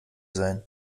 sein